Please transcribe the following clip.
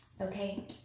Okay